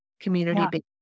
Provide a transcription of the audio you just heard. community-based